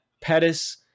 Pettis